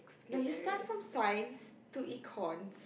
no you start from Science to Econs